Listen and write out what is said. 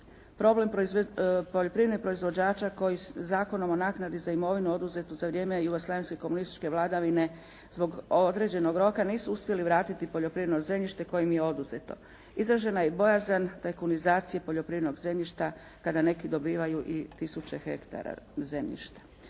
problem poljoprivrednih proizvođača koji Zakonom o naknadi za imovinu oduzetu za vrijeme jugoslavenske komunističke vladavine zbog određenog roka nisu uspjeli vratiti poljoprivredno zemljište koje im je oduzeto. Izražena je bojazan tajkunizacije poljoprivrednog zemljišta kada neki dobivaju i tisuće hektara zemljišta.